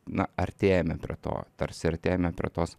na artėjame prie to tarsi artėjame prie tos